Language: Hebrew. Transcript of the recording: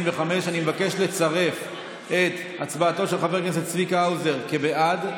25. אני מבקש לצרף את הצבעתו של חבר הכנסת צביקה האוזר בעד,